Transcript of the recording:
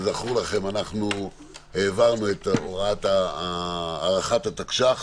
כזכור לכם, העברנו את הארכת התקש"ח